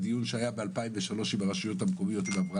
דיברנו על העניין הזה של הארכת ההסדר.